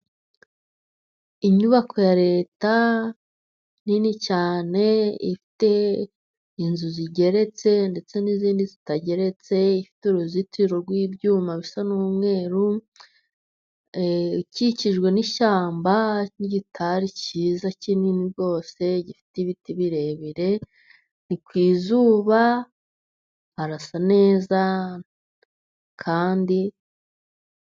Inyubako ya leta nini cyane ifite inzu zigeretse, ndetse n'izindi zitageretse ifite uruzitiro rw'ibyuma bisa n'umweru, ikikijwe n'ishyamba n'igitare cyiza kinini rwose, gifite ibiti birebire ku izuba arasa neza kandi.